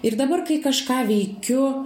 ir dabar kai kažką veikiu